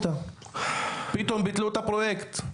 פתאום ביטלו את הפרויקט.